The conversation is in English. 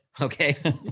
Okay